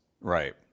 Right